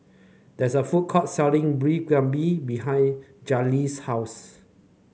there is a food court selling Beef Galbi behind Jayleen's house